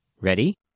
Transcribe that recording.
Ready